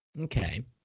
Okay